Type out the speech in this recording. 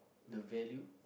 the value